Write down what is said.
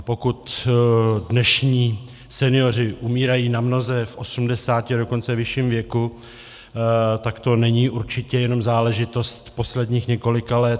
A pokud dnešní senioři umírají namnoze v osmdesáti a dokonce ve vyšším věku, tak to není určitě jenom záležitost posledních několika let.